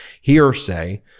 hearsay